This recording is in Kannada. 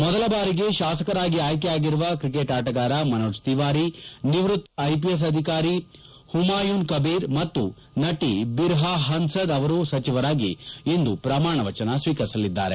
ಮೊದಲ ಬಾರಿಗೆ ಶಾಸಕರಾಗಿ ಆಯ್ಕೆಯಾಗಿರುವ ಕ್ರಿಕೆಟ್ ಆಟಗಾರ ಮನೋಜ್ ತಿವಾರಿ ನಿವೃತ್ತ ಐಪಿಎಸ್ ಅಧಿಕಾರಿ ಹುಮಾಯುನ್ ಕಬೀರ್ ಮತ್ತು ನಟ ಬಿರ್ಬಾಹಹನ್ಸ್ದ ಅವರು ಸಚಿವರಾಗಿ ಇಂದು ಪ್ರಮಾಣವಚನ ಸ್ವೀಕರಿಸಲಿದ್ದಾರೆ